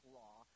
law